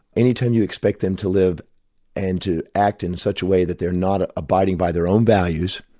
any time you expect them to live and to act in such a way that they're not ah abiding by their own values,